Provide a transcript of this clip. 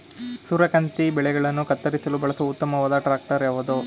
ಸೂರ್ಯಕಾಂತಿ ಬೆಳೆಗಳನ್ನು ಕತ್ತರಿಸಲು ಬಳಸುವ ಉತ್ತಮವಾದ ಟ್ರಾಕ್ಟರ್ ಯಾವುದು?